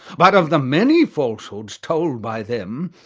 but of the many falsehoods told by them,